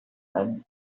and